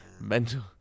mental